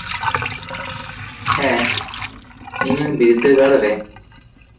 ᱦᱮᱸ ᱤᱧᱟᱹᱝ ᱵᱤᱨᱫᱟᱹᱜᱟᱲ ᱨᱮ